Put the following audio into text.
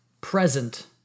present